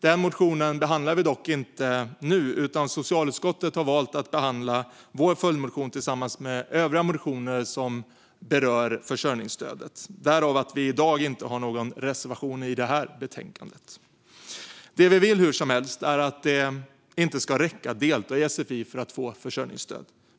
Den motionen behandlar vi dock inte nu, utan socialutskottet har valt att behandla vår följdmotion tillsammans med övriga motioner som rör försörjningsstödet. Därför har vi i dag inte någon reservation i detta betänkande. Det vi vill är hur som helst att det inte ska räcka med att delta i sfi för att få rätt till försörjningsstöd.